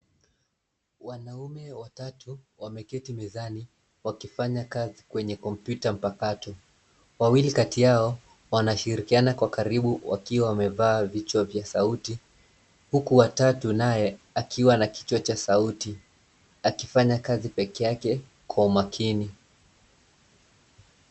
Wanaume watatu, wameketi mezani wakifanya kazi kwenye kompyuta mpakato. Wawili kati yao, wanashirikiana kwa karibu wakiwa wamevaa vichwa vya sauti, huku watatu naye akiwa na kichwa cha sauti, akifanya kazi pekee yake, kwa umakini.